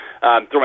Throwing